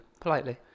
politely